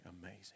amazing